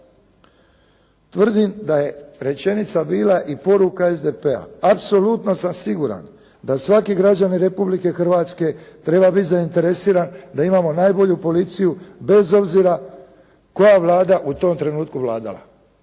tvrdim da je rečenica bila i poruka SDP-a apsolutno sam siguran da svaki građanin Republike Hrvatske treba biti zainteresiran da imamo najbolju policiju bez obzira koja Vlada u tom trenutku vladala.